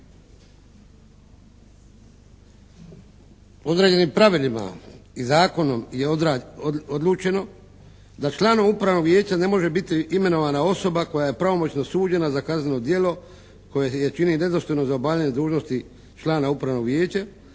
određenim pravilima i zakonom je odlučeno da član upravnog vijeća ne može biti imenovana osoba koja je pravomoćno suđena za kazneno djelo koje je čini nedostojnom za obavljanje dužnosti člana upravnog vijeća,